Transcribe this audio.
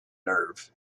nerve